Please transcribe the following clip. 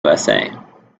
usa